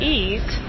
eat